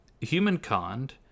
humankind